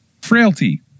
Frailty